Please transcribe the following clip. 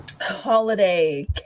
holiday